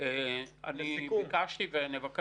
רעיון נוסף